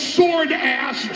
sword-ass